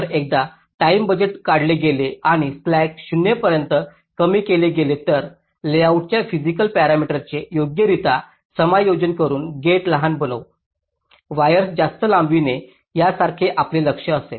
तर एकदा time budget काढले गेले आणि स्लॅक्स 0 पर्यंत कमी केले गेले तर लेआउटच्या फिसिकल पॅरामीटर्सचे योग्यरित्या समायोजन करून गेट लहान बनवून वायर्स जास्त लांबविणे यासारखे आपले लक्ष्य असेल